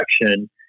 direction